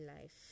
life